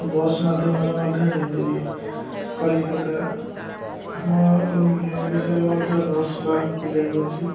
bus ମାଧ୍ୟମରେ ମଧ୍ୟ ଯାଇପାରିବେ କଲିକତା ଆମ ଯୋ ଓଡ଼ିଶାରେ ମଧ୍ୟ ବସ୍ ବାହାରକୁ ଯାଇଅଛି